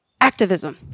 Activism